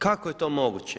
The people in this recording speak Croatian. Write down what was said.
Kako je to moguće?